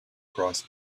cross